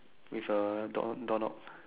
with a door doorknob